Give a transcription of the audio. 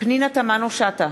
פנינה תמנו-שטה,